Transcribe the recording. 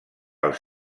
els